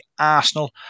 Arsenal